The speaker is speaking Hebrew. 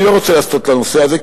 אני לא רוצה לסטות לנושא הזה,